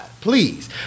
please